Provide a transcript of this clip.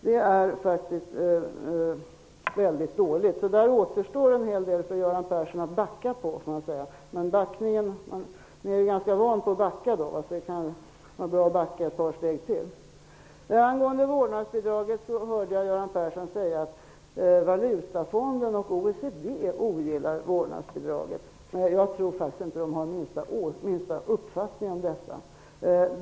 Det är faktiskt väldigt dåligt. Det återstår en hel del för Göran Persson att backa på, men ni är ju ganska vana vid att backa, så det kunde vara bra att backa ytterligare ett par steg. ogillar vårdnadsbidraget. Jag tror faktiskt inte att de har den minsta uppfattning om detta.